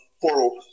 portal